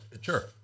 Sure